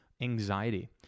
Anxiety